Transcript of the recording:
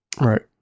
right